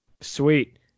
Sweet